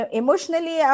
emotionally